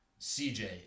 CJ